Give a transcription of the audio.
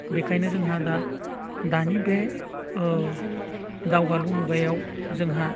बेनिखायनो जोंहा दानि बे दावगालु मुगायाव जोंहा